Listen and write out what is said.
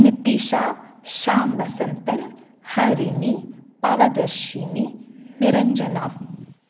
Nithisha Sham Vasanthan Harini Bavadharshini Niranjana